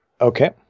Okay